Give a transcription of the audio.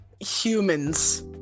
humans